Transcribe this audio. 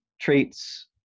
Traits